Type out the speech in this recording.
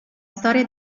storia